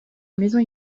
maisons